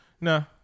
no